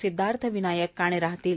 सिद्धार्थ विनायक काणे राहतील